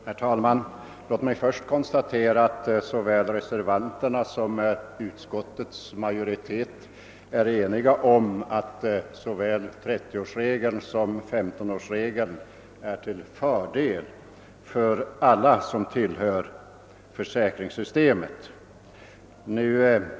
Herr talman! Låt mig först konstatera att reservanterna och utskottets majoritet är överens om att såväl trettioårsregeln som femtonårsregeln är till fördel för alla som tillhör försäkringssystemet.